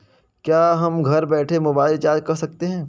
क्या हम घर बैठे मोबाइल रिचार्ज कर सकते हैं?